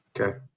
Okay